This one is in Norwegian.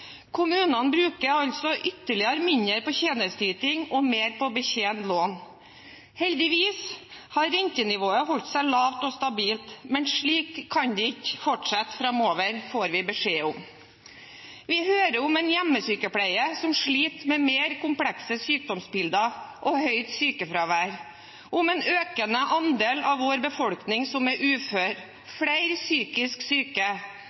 Kommunene bruker altså ytterligere mindre på tjenesteyting og mer på å betjene lån. Heldigvis har rentenivået holdt seg lavt og stabilt, men slik kan det ikke fortsette framover, får vi beskjed om. Vi hører om en hjemmesykepleie som sliter med mer komplekse sykdomsbilder og høyt sykefravær, om en økende andel av vår befolkning som er ufør, og flere psykisk syke.